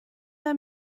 der